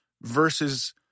Versus